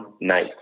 night